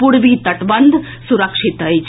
पूर्वी तटबंध सुरक्षित अछि